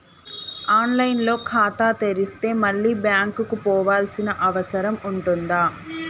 On line లో ఖాతా తెరిస్తే మళ్ళీ బ్యాంకుకు పోవాల్సిన అవసరం ఉంటుందా?